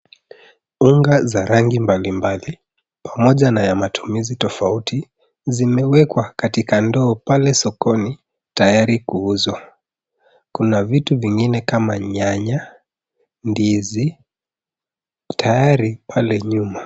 Unga za rangi mbalimbali, pamoja na ya matumizi tofauti, zimeweka katika ndoo pale sokoni tayari kuuzwa. Kuna vitu vingine kama nyanya, ndizi tayari pale nyuma.